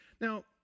Now